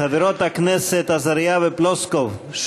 חברות הכנסת עזריה ופלוסקוב,